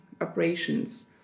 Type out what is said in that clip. operations